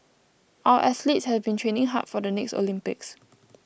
our athletes have been training hard for the next Olympics